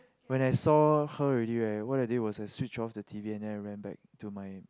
when I saw her already right what I did was I switch off the T_V and then I ran back to my